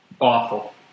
Awful